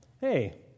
Hey